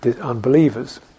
unbelievers